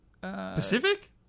Pacific